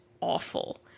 awful